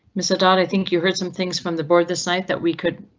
mr. dad, i think you heard some things from the board this night that we could,